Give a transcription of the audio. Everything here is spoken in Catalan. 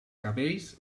cabells